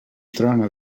trona